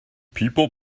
people